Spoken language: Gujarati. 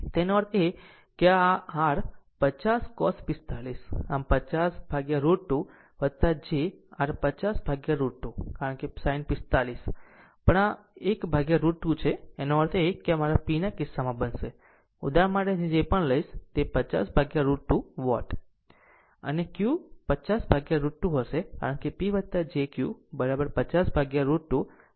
તેનો અર્થ એ કે આ એક હશે r 50 50 cos 45 આમ 50√ 2 j r 50√ 2 કારણ કે sin 45 પણ 1 √ 2 છે આનો અર્થ એ કે મારા P આ કિસ્સામાં બનશે આ ઉદાહરણ માટે હું જે પણ લઈશ તે 50 √ 2 વોટ હશે અને Q 50 √ 2 હશે કારણ કે P jQ 50 √ 2 j 50 √ 2